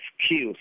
skills